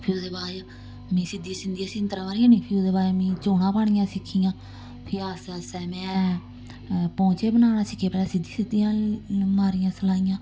फ्ही ओह्दे बाद च मी सिद्धी सिद्धियां सीतराां मारियै नी फ्ही ओह्दे बाद मिगी चौनां पानियां सिक्खियां फ्ही आस्ता आस्ता में पौंह्चे बनाना सिक्खेआ पैह्लें सिद्धी सिद्धियां मारियां सलाइयां